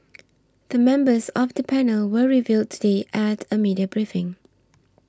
the members of the panel were revealed today at a media briefing